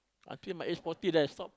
until my age forty then I stop